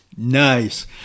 Nice